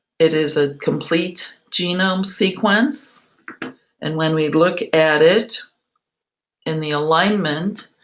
it is a complete genome sequence and when we look at it in the alignment,